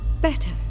Better